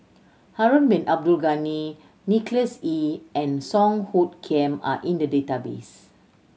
Harun Bin Abdul Ghani Nicholas Ee and Song Hoot Kiam are in the database